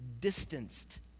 distanced